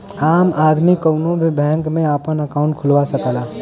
आम आदमी कउनो भी बैंक में आपन अंकाउट खुलवा सकला